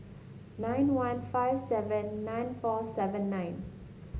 nine one five seven nine four seven nine